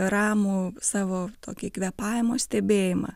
ramų savo tokį kvėpavimo stebėjimą